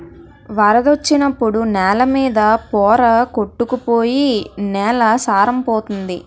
వరదొచ్చినప్పుడు నేల మీద పోర కొట్టుకు పోయి నేల సారం పోతంది